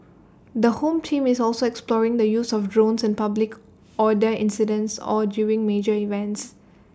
the home team is also exploring the use of drones in public order incidents or during major events